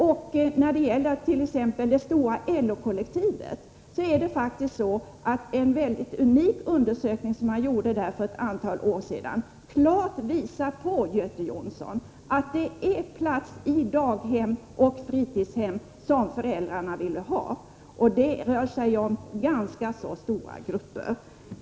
Vad beträffar t.ex. det stora LO-kollektivet visar en unik undersökning som gjordes inom detta för ett antal år sedan, Göte Jonsson, klart att det är plats i daghem och i fritidshem som föräldrarna vill ha. Det rör sig om ganska stora grupper.